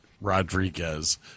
Rodriguez